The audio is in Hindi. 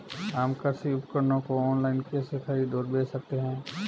हम कृषि उपकरणों को ऑनलाइन कैसे खरीद और बेच सकते हैं?